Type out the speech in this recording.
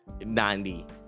90